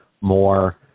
more